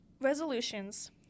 resolutions